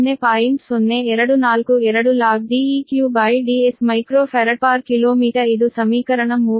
0242 logDeqDs µFkm ಇದು ಸಮೀಕರಣ 34 ಆಗಿದೆ